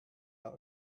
out